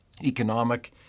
economic